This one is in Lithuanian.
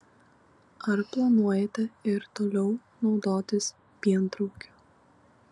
ar planuojate ir toliau naudotis pientraukiu